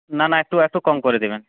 না না একটু একটু কম করে দেবেন